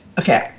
Okay